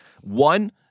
one